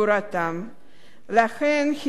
לכן הגשנו את הצעת החוק.